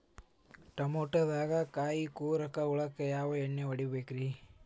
ಟಮಾಟೊದಾಗ ಕಾಯಿಕೊರಕ ಹುಳಕ್ಕ ಯಾವ ಎಣ್ಣಿ ಹೊಡಿಬೇಕ್ರೇ?